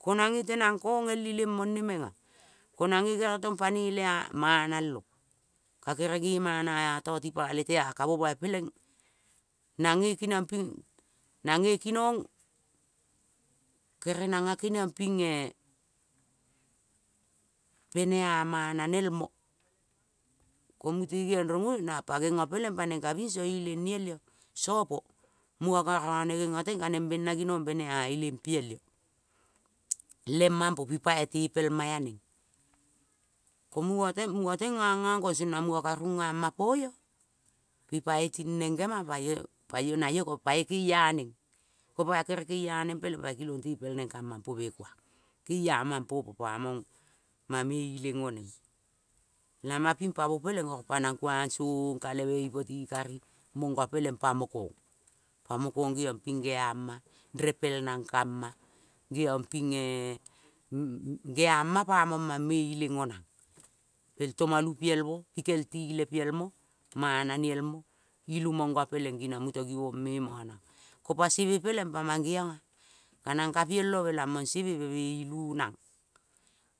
Ngengo peleng pa neng ka biso ileng niel io, sopo mungo ka rone ngengo teng kaneng bena ginong bena benea ileng piel io. Lemapo pipai lepelma ea neng. Mungo teng nga ngongkong song na mungo ka ningapo io, pipai ting neng ngemang pan palo naio ko pai keiang neng, kopai kere keia neng peleng pai kilong tepelneng kamapuokang. Keia mapo po po pa mong ma me ileng oneng. Lama ping pa vmo peleng oro kong, pa mo kong ping geama, repel nang kama geiong pinge geama pamong mame ileng onang. Pel tomolu piel mo, pel tile piel mo mana niel mo, ilu mongo peleng gi na muto gibong me mo nang. Kopo sebe peleng pa mangebiongea. pa nang ka pielobe lamong sebe be bee ilu nang